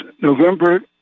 November